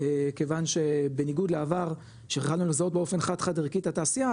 כיוון שבניגוד לעבר שיכלנו לזהות באופן חד ערכי את התעשייה,